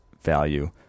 value